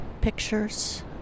pictures